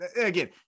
again